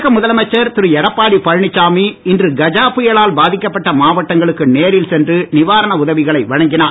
தமிழக முதலமைச்சர் திரு எடப்பாடி பழனிச்சாமி இன்று கஜா புயலால் பாதிக்கப்பட்ட மாவட்டங்களுக்கு நேரில் சென்று நிவாரண உதவிகளை வழங்கினார்